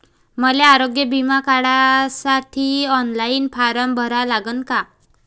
मले आरोग्य बिमा काढासाठी ऑनलाईन फारम भरा लागन का?